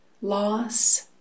loss